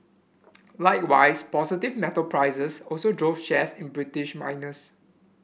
likewise positive metals prices also drove shares in British miners